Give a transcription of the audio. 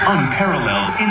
Unparalleled